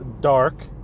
dark